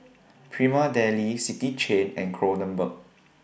Prima Deli City Chain and Kronenbourg